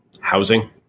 housing